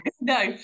no